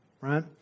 right